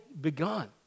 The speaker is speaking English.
begun